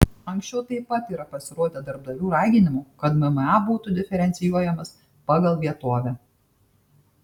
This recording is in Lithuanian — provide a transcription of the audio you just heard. anksčiau taip pat yra pasirodę darbdavių raginimų kad mma būtų diferencijuojamas pagal vietovę